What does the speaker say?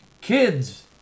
Kids